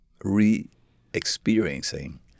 re-experiencing